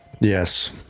Yes